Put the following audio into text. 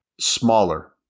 Smaller